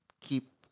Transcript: Keep